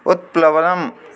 उत्प्लवनम्